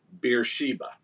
Beersheba